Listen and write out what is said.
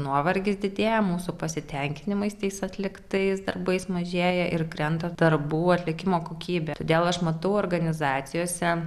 nuovargis didėja mūsų pasitenkinimais tais atliktais darbais mažėja ir krenta darbų atlikimo kokybė todėl aš matau organizacijose